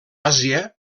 àsia